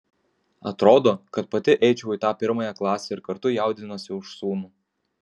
atrodo kad pati eičiau į tą pirmąją klasę ir kartu jaudinuosi už sūnų